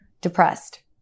depressed